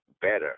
better